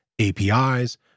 APIs